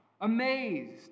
amazed